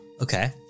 Okay